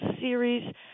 series